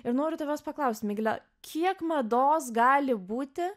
ir noriu tavęs paklaust migle kiek mados gali būti